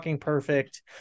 perfect